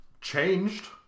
changed